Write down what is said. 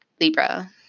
Libra